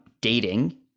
dating